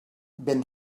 ben